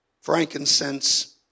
frankincense